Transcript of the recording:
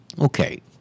Okay